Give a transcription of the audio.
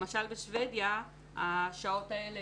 למשל בשבדיה השעות האלה,